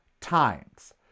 times